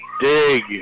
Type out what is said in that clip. Dig